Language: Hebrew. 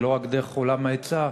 ולא רק דרך עולם ההיצע,